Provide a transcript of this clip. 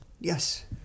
Yes